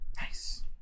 Nice